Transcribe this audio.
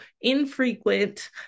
infrequent